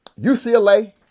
UCLA